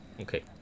Okay